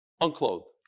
unclothed